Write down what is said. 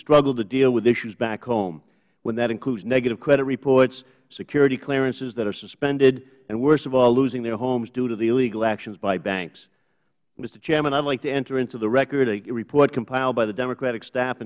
struggle to deal with issues back home whether that includes negative credit reports security clearances that are suspended and worst of all losing their homes due to the illegal actions by banks mister chairman i would like to enter in to the record a report compiled by the democratic staff